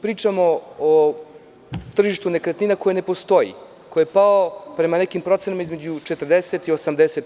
Pričamo o tržištu nekretnina koje ne postoji, koje je prema nekim procenama palo između 40 i 80%